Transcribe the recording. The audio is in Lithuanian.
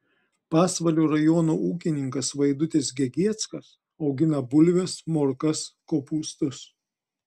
pasvalio rajono ūkininkas vaidutis gegieckas augina bulves morkas kopūstus